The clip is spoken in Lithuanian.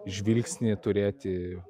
žvilgsnį turėti